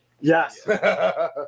Yes